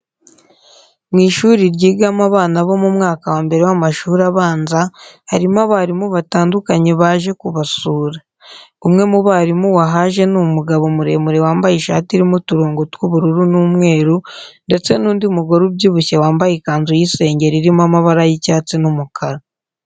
Mu ishuri ryigamo abana bo mu mwaka wa mbere w'amashuri abanza harimo abarimu batandukanye baje kubasura. Umwe mu barimu wahaje ni umugabo muremure wambaye ishati irimo uturongo tw'ubururu n'umweru ndetse n'undi mugore ubyibushye wambaye ikanzu y'isengeri irimo amabara y'icyatsi n'umukara.